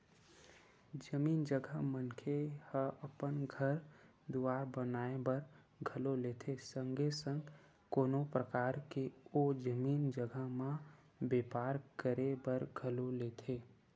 जमीन जघा मनखे ह अपन घर दुवार बनाए बर घलो लेथे संगे संग कोनो परकार के ओ जमीन जघा म बेपार करे बर घलो लेथे